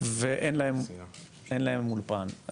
ואין להם אולפן.